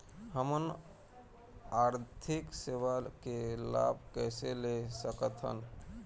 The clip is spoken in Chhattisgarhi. हमन आरथिक सेवा के लाभ कैसे ले सकथन?